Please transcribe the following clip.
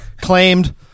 claimed